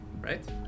Right